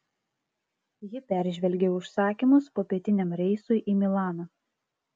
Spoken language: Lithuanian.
ji peržvelgė užsakymus popietiniam reisui į milaną